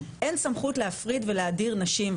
אין סמכות להפריד ולהדיר נשים.